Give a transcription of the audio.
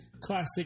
classic